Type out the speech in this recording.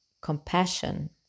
compassion